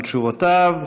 על תשובותיו.